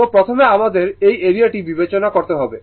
তো প্রথমে আমাদের এই এরিয়া টি বিবেচনা করতে হবে